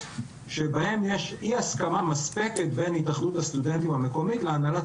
שבהם יש אי הסכמה מספקת בין התאחדות הסטודנטים המקומית להנהלת